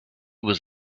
was